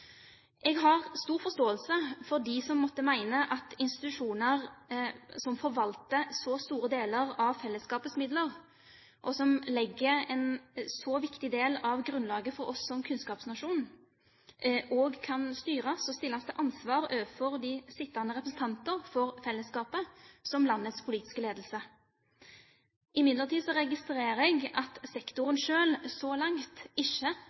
Jeg har stor forståelse for dem som måtte mene at institusjoner som forvalter så store deler av fellesskapets midler, og som legger en så viktig del av grunnlaget for oss som kunnskapsnasjon, også kan styres og stilles til ansvar overfor de sittende representanter for fellesskapet som landets politiske ledelse. Imidlertid registrerer jeg at sektoren selv, så langt, ikke